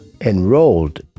enrolled